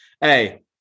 Hey